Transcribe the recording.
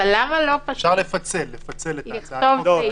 אפשר לפצל את הצעת החוק.